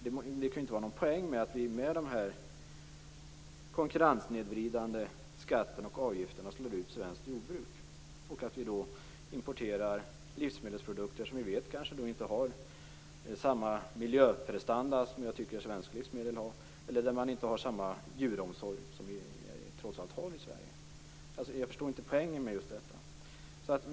Det kan inte finnas någon poäng med att slå ut svenskt jordbruk med dessa konkurrenssnedvridande skatter och avgifter. Skall vi i stället importera livsmedelsprodukter som kanske inte har samma miljöprestanda som jag tycker att svenska livsmedel har eller produkter från länder som inte har samma djuromsorg som vi trots allt har i Sverige? Jag förstår inte poängen med det.